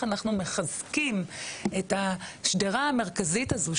אנחנו מחזקים את השדרה המרכזית הזאת,